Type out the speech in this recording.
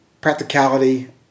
practicality